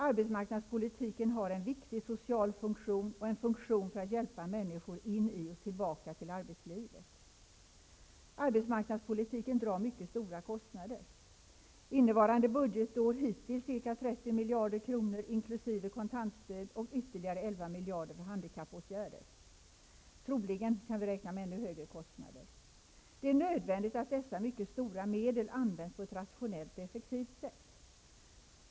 Arbetsmarknadspolitiken har en viktig social funktion och en funktion för att hjälpa människor in i och tillbaka i arbetslivet. Arbetsmarknadspolitiken drar mycket stora kostnader. Under innevarande budgetår har den hittills dragit 30 000 miljarder kronor inkl. kontantstöd och ytterligare 11 miljarder kronor för handikappåtgärder. Troligen kan vi räkna med ännu högre kostnader. Det är nödvändigit att dessa mycket stora medel används på ett rationellt och effektivt sätt.